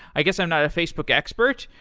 i guess i'm not a facebook expert,